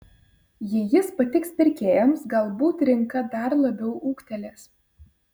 jei jis patiks pirkėjams galbūt rinka dar labiau ūgtelės